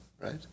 right